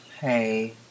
Hey